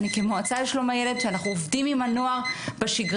אני כמועצה לשלום הילד שאנחנו עובדים עם הנוער בשגרה,